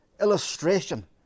illustration